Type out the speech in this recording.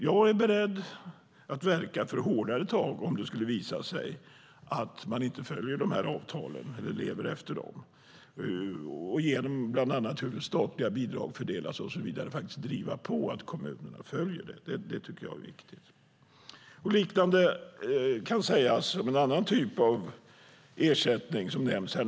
Jag är beredd att verka för hårdare tag om det skulle visa sig att man inte följer de här avtalen eller lever efter dem och att genom bland annat hur statliga bidrag fördelas och så vidare faktiskt driva på att kommunerna följer det. Det tycker jag är viktigt. Liknande kan sägas om en annan typ av ersättning som nämns här.